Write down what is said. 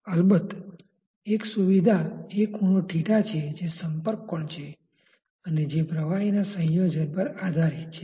અલબત્ત એક સુવિધા એ ખુણો છે જે સંપર્ક કોણ છે અને જે પ્રવાહીના સંયોજન પર આધારિત છે